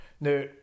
Now